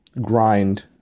grind